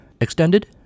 extended